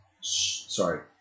sorry